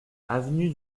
avenue